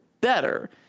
better